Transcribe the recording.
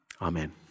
Amen